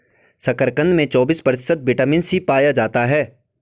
शकरकंद में चौबिस प्रतिशत विटामिन सी पाया जाता है